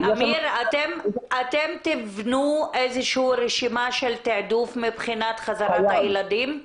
אתם תבנו איזושהי רשימה של תעדוף מבחינת חזרת הילדים?